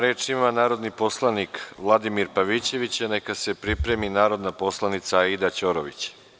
Reč ima narodni poslanik Vladimir Pavićević, a neka se pripremi narodna poslanica Aida Ćorović.